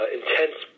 intense